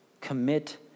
Commit